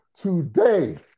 today